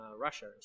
russia